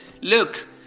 look